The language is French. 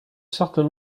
certain